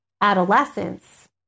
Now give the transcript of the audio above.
adolescence